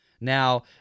Now